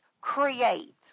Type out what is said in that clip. create